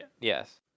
Yes